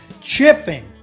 chipping